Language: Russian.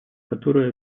которые